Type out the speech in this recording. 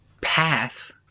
path